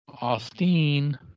Austin